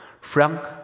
Frank